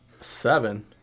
Seven